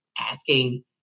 asking